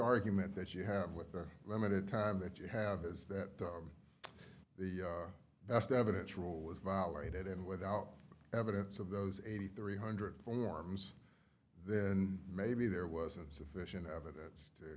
argument that you have with the limited time that you have is that the best evidence rule was violated and without evidence of those eighty three hundred forms then maybe there wasn't sufficient evidence to